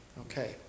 Okay